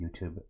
YouTube